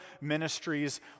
ministries